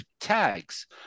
tags